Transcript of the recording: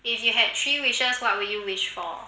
if you had three wishes what would you wish for